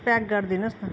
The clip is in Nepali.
प्याक गरिदिनुहोस् न